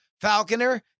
Falconer